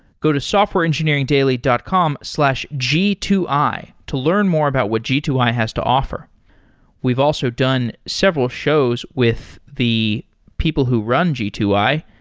go to softwareengineeringdaily dot com slash g two i to learn more about what g two i has to offer we've also done several shows with the people who run g two i,